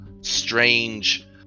strange